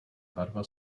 barva